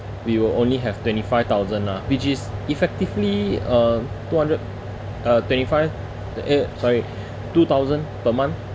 we will only have twenty-five thousand ah which is effectively uh two hundred uh twenty-five uh sorry two thousand per month